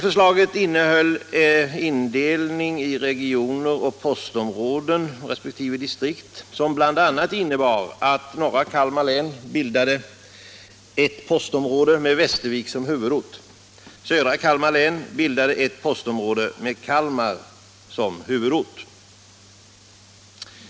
Det innehöll indelning i regioner och postområden resp. distrikt som bl.a. innebar att norra Kalmar län bildade ett postområde med Västervik som huvudort. Södra Kalmar län bildade ett postområde med Kalmar som huvudort.